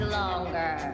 longer